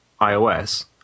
iOS